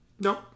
Nope